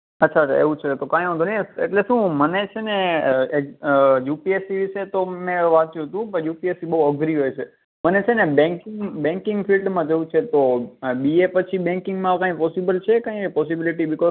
અચ્છા અચ્છા એવું છે તો કાંઈ વાંધો નહીં એટલે શું મને છેને અઅ એક અઅ યુ પી એસ સી વિશે તો મેં વાંચ્યું હતું પણ યુ પી એસ સી બહું અઘરી હોય છે મને છેને બેંકિંગ બેંકિંગ ફિલ્ડમાં જવું છે તો બી એ પછી બેંકિંગમાં કાંઈ પોસિબલ છે કઈ પૉસિબિલિટી બીકૉઝ